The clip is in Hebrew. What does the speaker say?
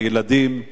הילדים,